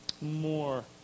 More